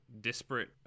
disparate